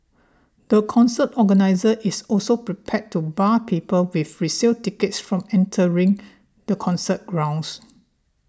the concert organiser is also prepared to bar people with resale tickets from entering the concert grounds